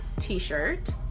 T-shirt